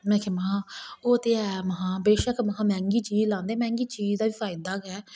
में आखेआ में ओह् ते है में आखेआ बेशक मैंह्गी चीज लांदे मैंहगी चीज दा बी फायदा गै ऐ